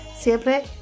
siempre